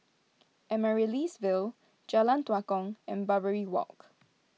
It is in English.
Amaryllis Ville Jalan Tua Kong and Barbary Walk